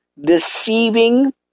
deceiving